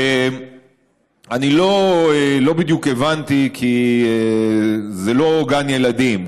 אני לא בדיוק הבנתי, כי זה לא גן ילדים.